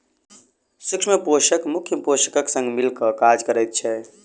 सूक्ष्म पोषक मुख्य पोषकक संग मिल क काज करैत छै